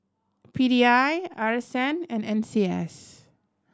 P D I R S N and N C S